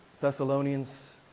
Thessalonians